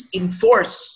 enforce